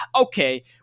okay